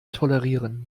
tolerieren